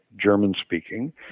German-speaking